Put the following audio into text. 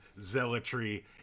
zealotry